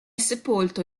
sepolto